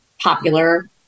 popular